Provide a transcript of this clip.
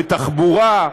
בתחבורה,